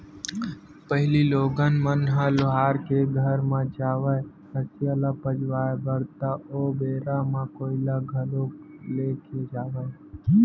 पहिली लोगन मन ह लोहार के घर म जावय हँसिया ल पचवाए बर ता ओ बेरा म कोइला घलोक ले के जावय